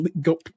go